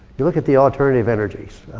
you look at the alternative energies.